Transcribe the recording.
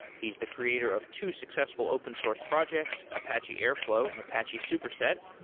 he's the creator of two successful open source projects apache airflow and apache superset.